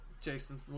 Jason